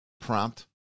prompt